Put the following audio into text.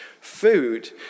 food